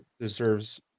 deserves